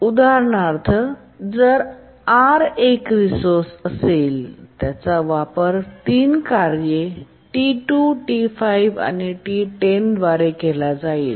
उदाहरणार्थ जर R एक रिसोर्सेस असेल आणि त्याचा वापर 3 कार्ये T2 T5 आणि T10 द्वारे केला जाईल